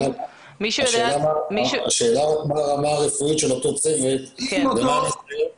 השאלה היא מה הרמה הרפואית של אותו צוות ומה הניסיון שלו.